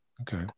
Okay